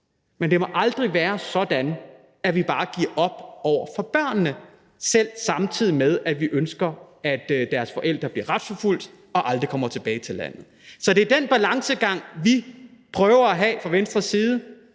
Men det må aldrig være sådan, at vi bare giver op over for børnene, selv om vi samtidig ønsker, at deres forældre bliver retsforfulgt og aldrig kommer tilbage til landet. Så det er den balancegang, vi prøver at have fra Venstres side,